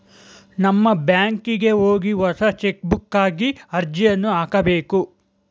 ನಮ್ಮ ಬ್ಯಾಂಕಿಗೆ ಹೋಗಿ ಹೊಸ ಚೆಕ್ಬುಕ್ಗಾಗಿ ಅರ್ಜಿಯನ್ನು ಹಾಕಬೇಕು